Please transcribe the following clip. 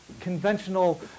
conventional